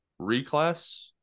reclass